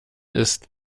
ist